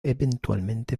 eventualmente